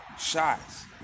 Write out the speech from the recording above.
shots